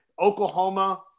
Oklahoma